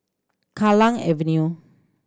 Kallang Avenue